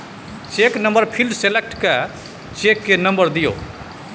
cheque number field select कए cheque केर number दियौ